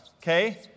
okay